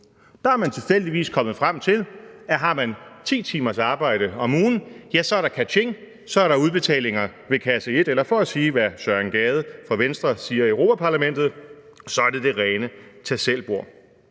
De er tilfældigvis kommet frem til, at har man 10 timers arbejde om ugen, er der ka-ching, så er der udbetalinger ved kasse et – eller for at sige, hvad Søren Gade fra Venstre siger i Europa-Parlamentet: Så er det det rene tag selv-bord.